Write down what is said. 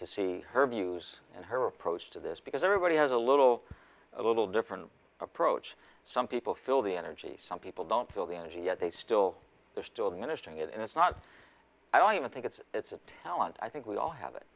to see her views and her approach to this because everybody has a little a little different approach some people feel the energy some people don't feel the energy yet they still they're still managing it and it's not i don't think it's it's a talent i think we all have